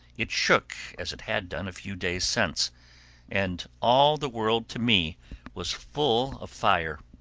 it shook as it had done a few days since and all the world to me was full of fire.